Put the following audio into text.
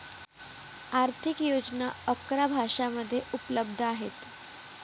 आर्थिक योजना अकरा भाषांमध्ये उपलब्ध आहेत